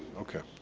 okay,